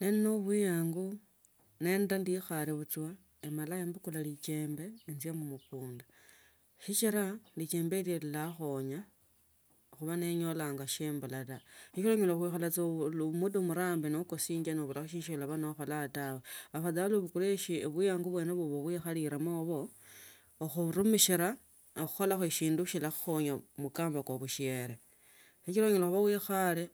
Neli ne ubuiyanga emala mbukula lijemne enjia mumukainda sichira lichembe ilyo lilakhenya khuba ninyolanga sia ambula taa sichila nawikhala saa muda mrambi nokosinga shilaba naoichilonga tawe afadhali ibukule buiyangu bweno uhaba uikhalire yao ukhurumishila akhokhola shindushila khukhonya mkamba kusherp sichila onyola khubaa uikhale